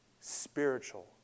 spiritual